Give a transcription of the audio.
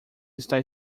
está